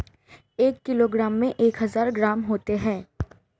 एक किलोग्राम में एक हज़ार ग्राम होते हैं